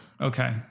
okay